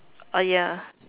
ah ya